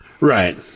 Right